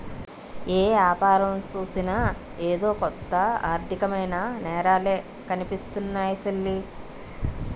ఏ యాపారం సూసినా ఎదో కొంత ఆర్దికమైన నేరాలే కనిపిస్తున్నాయ్ సెల్లీ